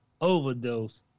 Overdose